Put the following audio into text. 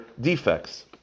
defects